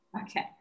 okay